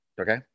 Okay